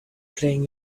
playing